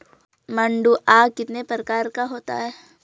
मंडुआ कितने प्रकार का होता है?